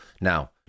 Now